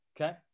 okay